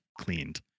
cleaned